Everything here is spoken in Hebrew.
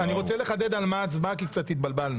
אני רוצה לחדד על מה ההצבעה כי קצת התבלבלנו.